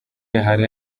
hari